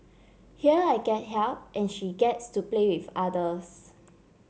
here I get help and she gets to play with others